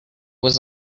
was